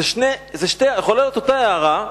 זו יכולה להיות אותה הערה,